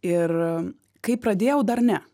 ir kaip pradėjau dar ne